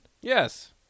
Yes